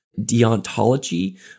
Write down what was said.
deontology